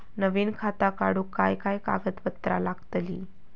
नवीन खाता काढूक काय काय कागदपत्रा लागतली?